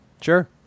sure